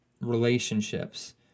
relationships